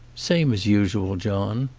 same as usual, john.